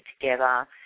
together